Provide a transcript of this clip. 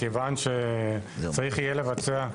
מכיוון שחברות הביטוח יצטרכו לבצע,